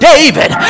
David